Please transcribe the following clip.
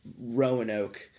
Roanoke